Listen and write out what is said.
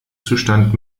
zustand